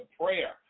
prayer